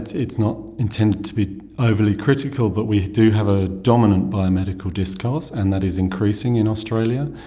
it's it's not intended to be overly critical but we do have a dominant biomedical discourse and that is increasing in australia.